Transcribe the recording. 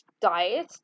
diet